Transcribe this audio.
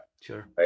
sure